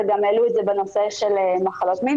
וגם העלו את זה בנושא של מחלות מין,